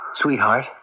Sweetheart